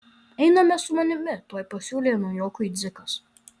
einame su manimi tuoj pasiūlė naujokui dzikas